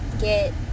get